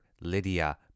Lydia